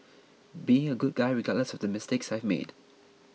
being a good guy regardless of the mistakes I made